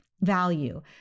value